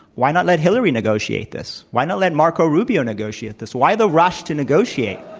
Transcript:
why not let hillary negotiate this? why not let marco rubio negotiate this? why the rush to negotiate,